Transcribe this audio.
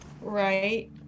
Right